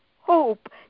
hope